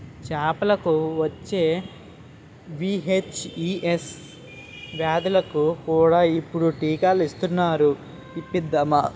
చేపలకు వచ్చే వీ.హెచ్.ఈ.ఎస్ వ్యాధులకు కూడా ఇప్పుడు టీకాలు ఇస్తునారు ఇప్పిద్దామా